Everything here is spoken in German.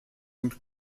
und